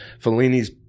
Fellini's